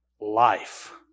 life